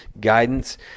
guidance